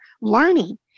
learning